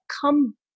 come